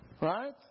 Right